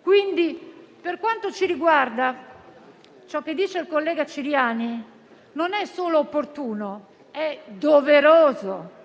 Quindi, per quanto ci riguarda, ciò che dice il collega Ciriani non è solo opportuno, ma è anche doveroso. Purtroppo,